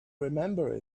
remember